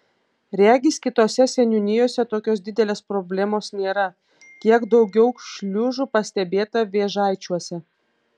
regis kitose seniūnijose tokios didelės problemos nėra kiek daugiau šliužų pastebėta vėžaičiuose